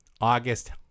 August